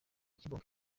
kibonke